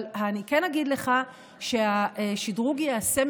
אבל אני כן אגיד לך שהשדרוג ייעשה,